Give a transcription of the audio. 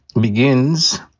begins